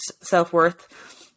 self-worth